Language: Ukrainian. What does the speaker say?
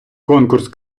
конкурс